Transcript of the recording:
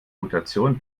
mutation